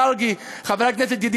חבר הכנסת יעקב מרגי,